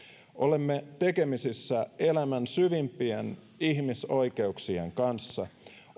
olemme tekemisissä elämän syvimpien ihmisoikeuksien kanssa